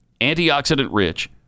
antioxidant-rich